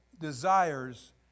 desires